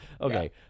Okay